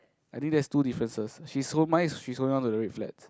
I think that is two differences she so mind she also run to the red flag